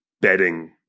bedding